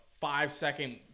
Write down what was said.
five-second